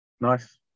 Nice